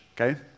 okay